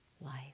life